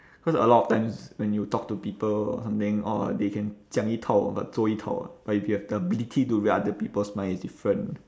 cause a lot of times when you talk to people or something or they can 讲一套 but 做一套 ah but if you have the ability to read other people's mind it's different